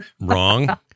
wrong